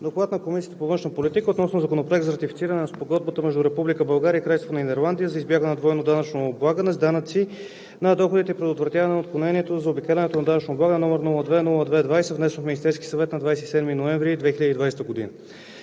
на Комисията по външна политика относно Законопроект за Спогодбата между Република България и Кралство Нидерландия за избягване на двойно данъчно облагане с данъци на доходите за предотвратяване на отклонението и заобикалянето на данъчно облагане, № 002-02-20, внесен от Министерския съвет на 27 ноември 2020 г.